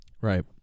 Right